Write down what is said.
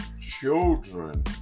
children